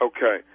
Okay